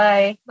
Bye